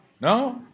No